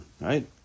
right